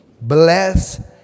Bless